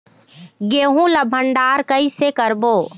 गेहूं ला भंडार कई से करबो?